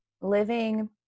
living